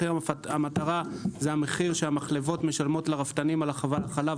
מחיר המטרה זה המחיר שהמחלבות משלמות לרפתנים על החלב